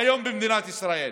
במדינת ישראל,